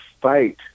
fight